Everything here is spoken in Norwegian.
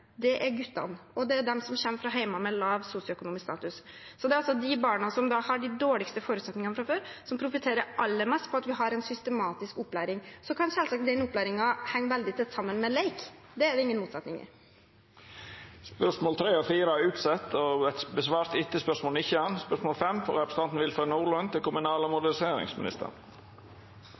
er guttene og de som kommer fra hjem med lav sosioøkonomisk status. Det er altså de barna som har de dårligste forutsetningene fra før, som profitterer aller mest på at vi har en systematisk opplæring. Den opplæringen kan selvsagt henge veldig tett sammen med lek. Der er det ingen motsetning. Spørsmåla 3 og 4, frå høvesvis representantane Nicholas Wilkinson og Kjersti Toppe til helse- og omsorgsministeren, er flytta og vil verta svara på etter spørsmål 19. Jeg tillater meg å stille følgende spørsmål til